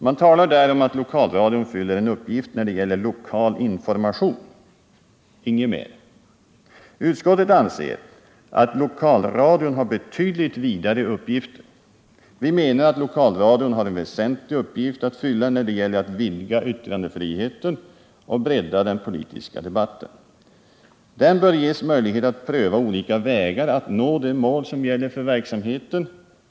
Man talar där om att lokalradion fyller en uppgift när det gäller lokal information — inget mer. Utskottet anser att lokalradion har betydligt vidare uppgifter. Vi menar att lokalradion har en väsentlig uppgift att fylla när det gäller att vidga yttrandefriheten och bredda den politiska debatten. Den bör ges möjlighet att pröva olika vägar att nå det mål som gäller för verksamheten.